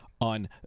on